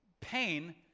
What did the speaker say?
Pain